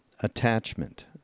attachment